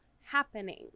happening